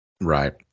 Right